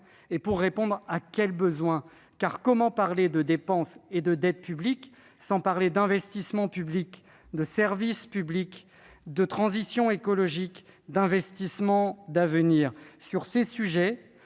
Et pour répondre à quels besoins ? Comment parler de dépense et de dette publiques sans parler d'investissement et de services publics, de transition écologique, d'investissements d'avenir ? Sur ces sujets,